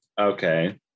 Okay